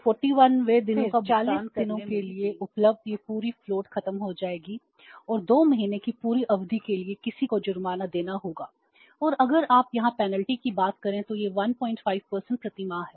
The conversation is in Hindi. फिर 40 दिनों के लिए उपलब्ध यह पूरी फ़्लोट की बात करें तो यह 15 प्रति माह है